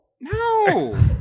No